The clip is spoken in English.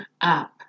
up